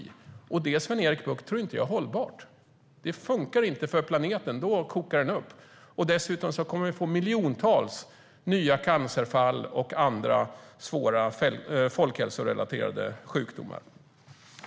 Det, Sven-Erik Bucht, tror jag inte är hållbart. Det funkar inte för planeten. Då kokar den över. Dessutom kommer vi att få miljontals nya fall av cancer och andra svåra folkhälsorelaterade sjukdomar.